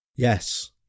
Yes